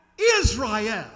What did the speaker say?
Israel